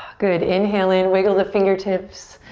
good, inhale in, wiggle the fingertips.